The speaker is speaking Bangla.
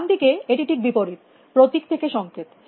ডান দিকে এটি ঠিক বিপরীত প্রতীক থেকে সংকেত